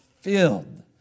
filled